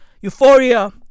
Euphoria